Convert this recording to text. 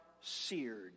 seared